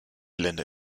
länder